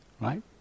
right